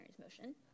motion